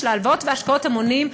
של הלוואות והשקעות המונים,